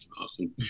Awesome